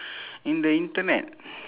in the internet